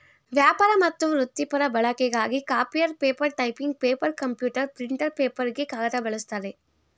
ವ್ಯಾಪಾರ ಮತ್ತು ವೃತ್ತಿಪರ ಬಳಕೆಗಾಗಿ copier paper typing paper computer printer ಪೇಪರ್ಗೆ ಕಾಗದ ಬಳಸ್ತಾರೆ